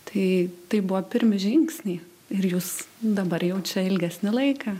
tai tai buvo pirmi žingsniai ir jūs dabar jau čia ilgesnį laiką